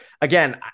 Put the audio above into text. again